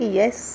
yes